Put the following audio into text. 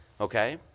Okay